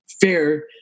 fair